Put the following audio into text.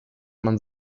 man